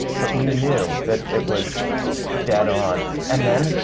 but we knew that it was dead on. and then,